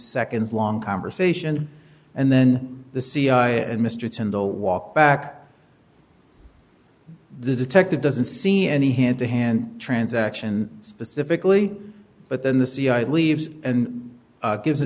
seconds long conversation and then the cia and mr tyndall walk back the detective doesn't see any hand to hand transaction specifically but then the cia leaves and gives a